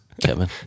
Kevin